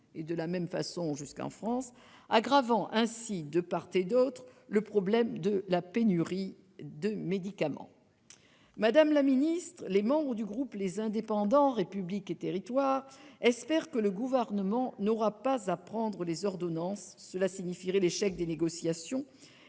et de la même façon jusqu'en France, aggravant ainsi de part et d'autre le problème de la pénurie de médicaments. Madame la ministre, les membres du groupe Les Indépendants - République et Territoires espèrent que le Gouvernement n'aura pas à prendre ces ordonnances. Cela signifierait l'échec des négociations